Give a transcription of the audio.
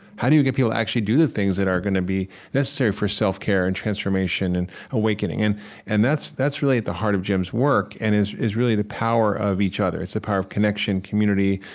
how do you get people to actually do the things that are going to be necessary for self-care and transformation and awakening? and and that's that's really at the heart of jim's work, and is is really the power of each other. it's the power of connection, community,